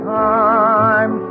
time